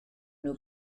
nhw